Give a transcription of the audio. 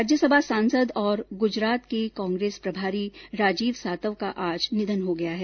राज्यसभा सांसद और गुजरात के कांग्रेस प्रभारी राजीव सातव का आज निधन हो गया है